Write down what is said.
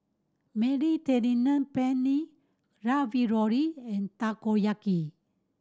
Mediterranean Penne Ravioli and Takoyaki